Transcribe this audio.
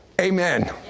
Amen